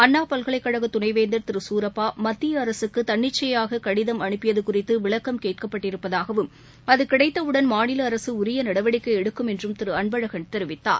அண்ணாபல்கலைக்கழகதுணைவேந்தர் மத்தியஅரசுக்குதன்னிச்சையாககடிதம் திருசூரப்பா அனுப்பியதுகுறித்துவிளக்கம் கேட்கப்பட்டிருப்பதாகவும் அதுகிடைத்தவுடன் மாநிலஅரசுஉரியநடவடிக்கைஎடுக்கும் என்றும் திருஅன்பழகன் தெரிவித்தார்